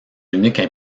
uniques